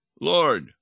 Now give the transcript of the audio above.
Lord